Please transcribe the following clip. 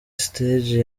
stage